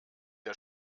der